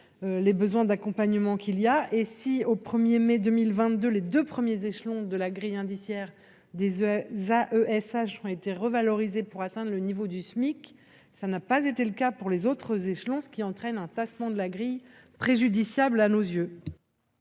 les besoins d'accompagnement qu'il y a et si au 1er mai 2022 les deux premiers échelons de la grille indiciaire des oeufs va E H ont été revalorisé pour atteindre le niveau du SMIC, ça n'a pas été le cas pour les autres échelons, ce qui entraîne un tassement de la grille préjudiciable à nos yeux.